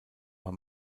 war